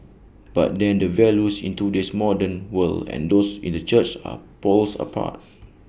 but then the values in today's modern world and those in the church are poles apart